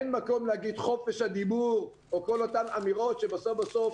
אין מקום לומר חופש הדיבור או כל אותן אמירות שבסוף בסוף